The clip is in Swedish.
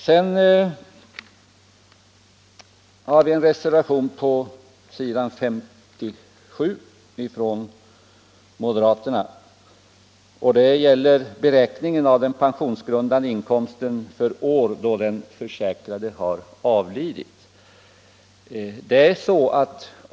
Den moderata reservationen nr 13 gäller beräkningen av den pensionsgrundande inkomsten för år då den försäkrade har avlidit.